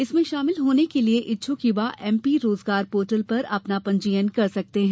इसमें शामिल होने के लिये इच्छुक युवा एमपी रोजगार पॉर्टल पर अपना पंजीयन कर सकते हैं